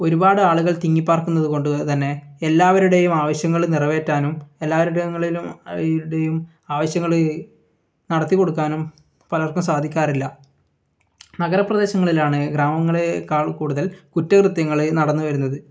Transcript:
ഒരുപാട് ആളുകൾ തിങ്ങിപ്പാർക്കുന്നത് കൊണ്ട് തന്നെ എല്ലാവരുടെയും ആവശ്യങ്ങൾ നിറവേറ്റാനും എല്ലാവരുടെയും ടേയും ആവശ്യങ്ങൾ നടത്തികൊടുക്കാനും പലർക്കും സാധിക്കാറില്ല നഗരപ്രദേശങ്ങളിലാണ് ഗ്രാമങ്ങളെക്കാൾ കൂടുതൽ കുറ്റകൃത്യങ്ങൾ നടന്നു വരുന്നത്